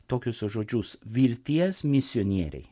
tokius žodžius vilties misionieriai